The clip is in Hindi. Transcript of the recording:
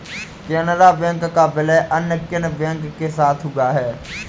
केनरा बैंक का विलय अन्य किन बैंक के साथ हुआ है?